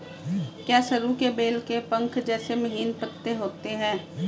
क्या सरु के बेल के पंख जैसे महीन पत्ते होते हैं?